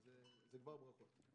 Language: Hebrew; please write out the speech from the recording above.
זה כבר ברכה.